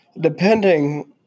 Depending